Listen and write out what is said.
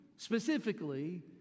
Specifically